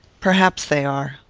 perhaps they are.